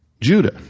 Judah